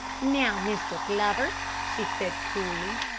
now, mr. glover, she said coolly,